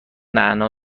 نعنا